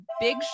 big